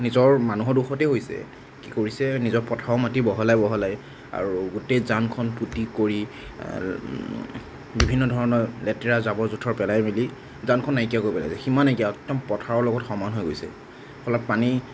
নিজৰ মানুহৰ দোষতে হৈছে কি কৰিছে নিজৰ পথৰ মাটি বহলাই বহলাই আৰু গোটেই জানখন পুতি কৰি বিভিন্ন ধৰণৰ লেতেৰা জাবৰ জোঁথৰ পেলাই মেলি জানখন নাইকিয়া কৰি পেলাইছে সীমা নাইকিয়া একদম পথাৰৰ লগত সমান হৈ গৈছে ফলত পানী